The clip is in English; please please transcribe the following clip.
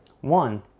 One